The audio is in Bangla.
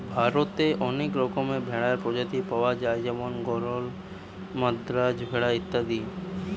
ভারতে অনেক রকমের ভেড়ার প্রজাতি পায়া যায় যেমন গরল, মাদ্রাজ ভেড়া ইত্যাদি